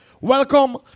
Welcome